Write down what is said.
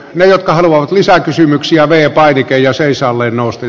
ne jotka haluavat lisää kysymyksiä vempaitykkejä seisaalleen nousten